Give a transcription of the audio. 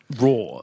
raw